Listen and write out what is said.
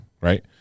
right